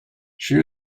she